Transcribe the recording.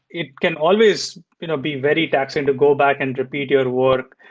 it can always you know be very taxing to go back and repeat your work,